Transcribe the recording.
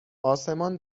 آسمان